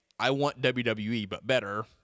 I-want-WWE-but-better